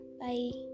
bye